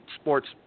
sports